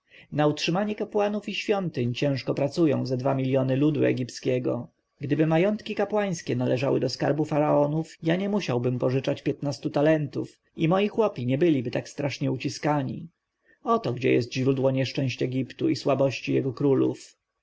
na utrzymanie kapłanów i świątyń ciężko pracują ze dwa miljony ludu egipskiego gdyby majątki kapłańskie należały do skarbu faraona ja nie musiałbym pożyczać piętnastu talentów i moi chłopi nie byliby tak strasznie uciskani oto gdzie jest źródło nieszczęść egiptu i słabości jego królów